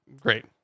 great